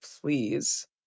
please